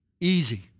Easy